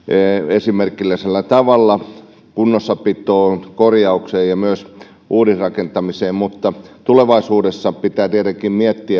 esimerkillisellä tavalla kunnossapitoon korjaukseen ja myös uudisrakentamiseen mutta tulevaisuudessa pitää tietenkin miettiä